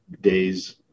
days